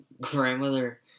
grandmother